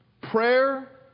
prayer